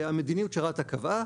והמדיניות שרת"א קבעה